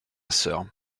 sœur